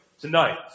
tonight